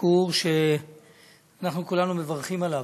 ביקור שכולנו מברכים עליו.